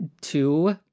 two